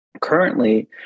Currently